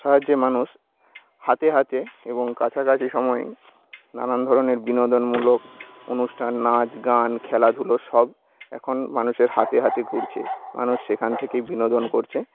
সাহায্যে মানুষ হাতে হাতে এবং কাছাকাছি সময়ে নানান ধরনের বিনোদনমূলক অনুষ্ঠান নাচ গান খেলাধুলো সব এখন মানুষের হাতে হাতে ঘুরছে মানুষ সেখান থেকেই বিনোদন করছে